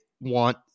want